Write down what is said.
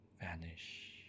vanish